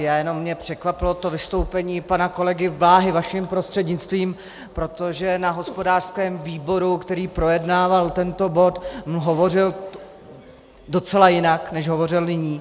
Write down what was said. Mě jenom překvapilo to vystoupení pana kolegy Bláhy vaším prostřednictvím, protože na hospodářském výboru, který projednával tento bod, hovořil docela jinak, než hovoří nyní.